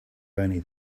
only